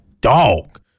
dog